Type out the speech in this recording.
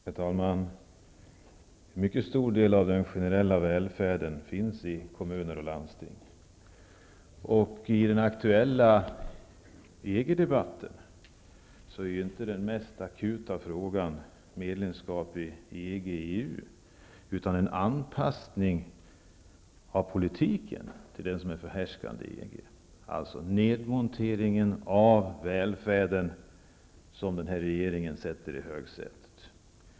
Herr talman! En mycket stor del av den generella välfärden finns i kommuner och landsting. I den aktuella EG-debatten är den mest akuta frågan inte frågan om medlemskap i EG eller EU utan en anpassning av politiken till det som är förhärskande i EG, alltså nedmonteringen av välfärden, vilken denna regering sätter i högsätet.